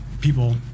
people